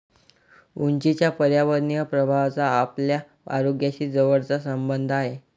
उंचीच्या पर्यावरणीय प्रभावाचा आपल्या आरोग्याशी जवळचा संबंध आहे